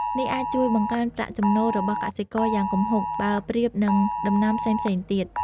នេះអាចជួយបង្កើនប្រាក់ចំណូលរបស់កសិករយ៉ាងគំហុក បើធៀបនឹងដំណាំផ្សេងៗទៀត។